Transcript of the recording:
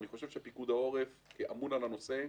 אני חושב שפיקוד העורף אמון על הנושא,